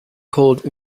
called